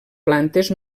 plantes